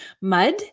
mud